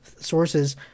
sources